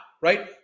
right